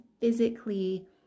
physically